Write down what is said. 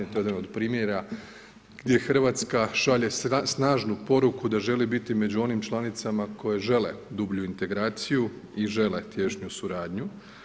To je jedan od primjera gdje Hrvatska šalje snažnu poruku da želi biti među onim članicama koje ćele dublju integraciju i žele tiješnju suradnju.